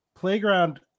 Playground